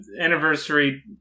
anniversary